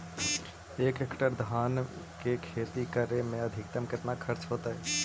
एक हेक्टेयर धान के खेती करे में अधिकतम केतना खर्चा होतइ?